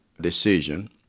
decision